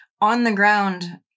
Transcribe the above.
on-the-ground